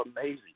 amazing